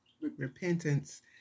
repentance